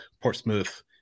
Portsmouth